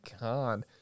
God